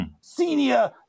senior